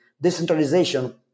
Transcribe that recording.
Decentralization